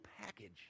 package